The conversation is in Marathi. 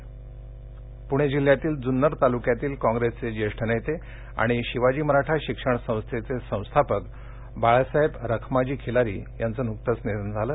निधनः पूणे जिल्हयातील जुन्नर तालुक्यातील कॉंग्रेसचे ज्येष्ठ नेते आणि शिवाजी मराठा शिक्षण संस्थेचे संस्थापक बाळासाहेब रखमाजी खिलारी यांचे नुकतच निधन झालं